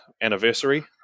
anniversary